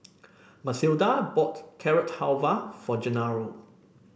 Matilda bought Carrot Halwa for Genaro